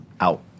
out